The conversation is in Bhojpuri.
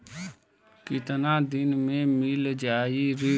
कितना दिन में मील जाई ऋण?